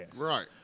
Right